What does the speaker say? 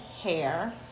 Hair